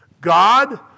God